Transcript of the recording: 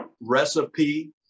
Recipe